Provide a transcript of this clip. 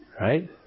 Right